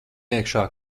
iekšā